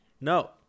No